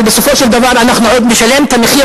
אבל בסופו של דבר אנחנו עוד נשלם את המחיר